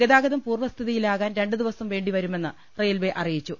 ഗതാഗതം പൂർവ്വസ്ഥിതിയിലാകാൻ രണ്ട് ദിവസം വേണ്ടിവരുമെന്ന് റെയിൽവേ അറിയിച്ചു